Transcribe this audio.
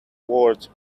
words